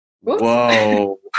whoa